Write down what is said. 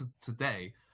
today